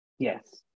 Yes